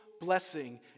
blessing